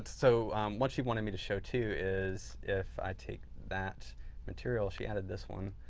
so what she wanted me to show too is if i take that material, she added this one.